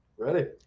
ready